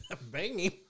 banging